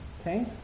okay